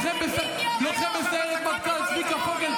חוץ מלשלוח חיילים למות,